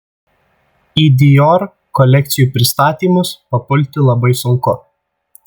į dior kolekcijų pristatymus papulti labai sunku